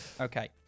Okay